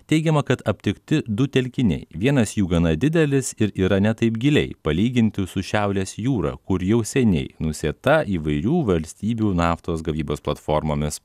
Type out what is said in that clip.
teigiama kad aptikti du telkiniai vienas jų gana didelis ir yra ne taip giliai palyginti su šiaurės jūra kur jau seniai nusėta įvairių valstybių naftos gavybos platformomis